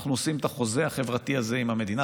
אנחנו עושים את החוזה החברתי הזה עם המדינה.